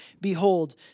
Behold